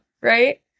right